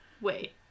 Wait